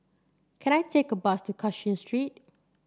can I take a bus to Cashin Street